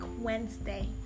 Wednesday